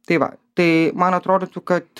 tai va tai man atrodytų kad